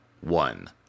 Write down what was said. one